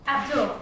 Abdul